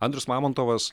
andrius mamontovas